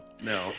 No